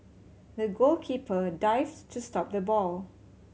the goalkeeper dived to stop the ball